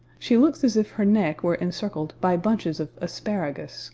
she looks as if her neck were encircled by bunches of asparagus